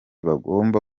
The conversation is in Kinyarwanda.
bagomba